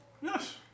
Yes